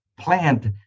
plant